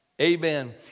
Amen